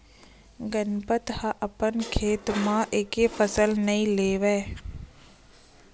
गनपत ह अपन खेत म एके फसल नइ लेवय